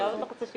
לאן אתה רץ?